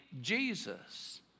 Jesus